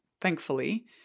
thankfully